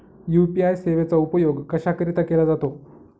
UPI सेवेचा उपयोग कशाकरीता केला जातो?